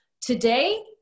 today